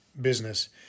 business